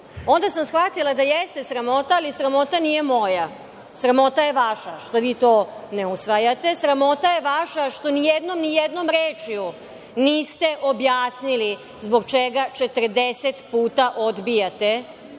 beba. Onda sam shvatila da jeste sramota, ali sramota nije moja. Sramota je vaša što vi to ne usvajate. Sramota je vaša što ni jednom rečju niste objasnili zbog čega 40 puta odbijate